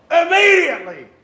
Immediately